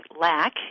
lack